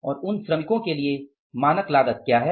और उन श्रमिकों के लिए मानक लागत क्या है